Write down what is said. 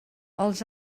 els